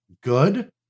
good